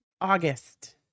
August